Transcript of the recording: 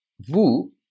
Vous